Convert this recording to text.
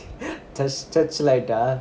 torch~ torchlight ah